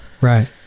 Right